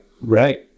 Right